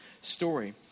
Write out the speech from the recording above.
story